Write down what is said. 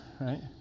right